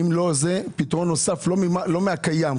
צריך להביא להם פתרון לא מהקיים.